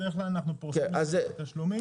בדרך כלל אנחנו פורסים את זה לתשלומים.